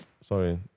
Sorry